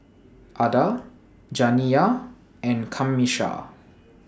Ada Janiyah and Camisha